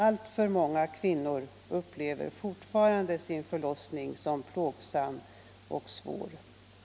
Alltför många kvinnor upplever fortfarande sin förlossning som plågsam och svår.